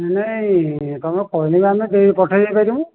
ନାଇଁ ତମେ କହିଲେ ବି ଆମେ ଦେଇ ପଠେଇଦେଇ ପାରିବୁ